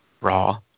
Raw